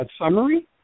summary